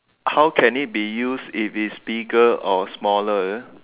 how can it be used if it's bigger or smaller is it